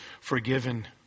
forgiven